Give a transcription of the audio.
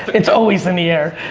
it's always in the air.